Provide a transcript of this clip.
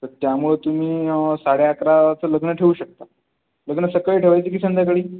तर त्यामुळं तुम्ही साडे अकराचं लग्न ठेवू शकता लग्न सकाळी ठेवायचं की संध्याकाळी